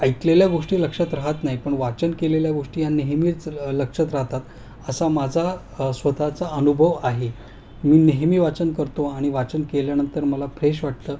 ऐकलेल्या गोष्टी लक्षात राहत नाही पण वाचन केलेल्या गोष्टी ह्या नेहमीच लक्षात राहतात असा माझा स्वतःचा अनुभव आहे मी नेहमी वाचन करतो आणि वाचन केल्यानंतर मला फ्रेश वाटतं